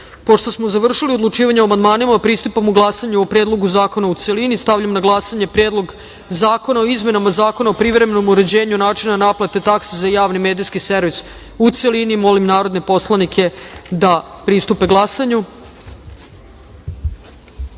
smo završili odlučivanje o amandmanima, pristupamo glasanju o Predlogu zakona u celini. Stavljam na glasanje Predlog zakona o izmenama Zakona o privremenom uređenju načina naplate takse za javni medijski servis, u celini. Molim narodne poslanike da pristupe